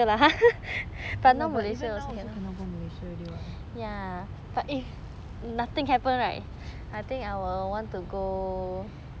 but even now also cannot go malaysia already [what]